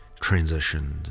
transitioned